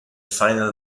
final